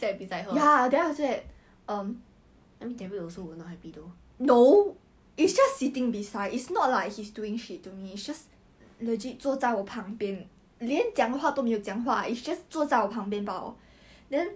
what what that time the don't know who say to me one right the bryson 的 friend or something that one derrick hear right he was like LOL he wanna try